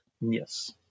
Yes